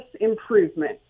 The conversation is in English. improvement